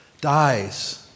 dies